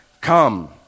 come